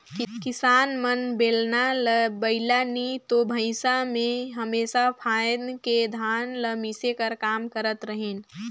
किसान मन बेलना ल बइला नी तो भइसा मे हमेसा फाएद के धान ल मिसे कर काम करत रहिन